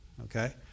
Okay